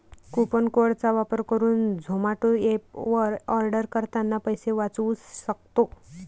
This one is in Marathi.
कुपन कोड चा वापर करुन झोमाटो एप वर आर्डर करतांना पैसे वाचउ सक्तो